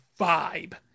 vibe